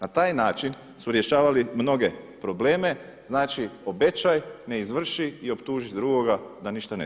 Na taj način su rješavali mnoge probleme, znači obećaj, ne izvrši i optuži drugoga da ništa ne zna.